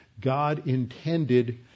God-intended